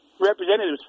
representatives